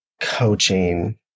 coaching